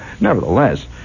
nevertheless